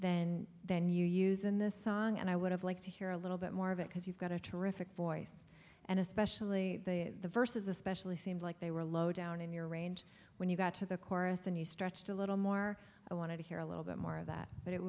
than than you use in this song and i would have liked to hear a little bit more of it because you've got a terrific voice and especially the verses especially seemed like they were low down in your range when you got to the chorus and you stretched a little more i wanted to hear a little bit more of that but it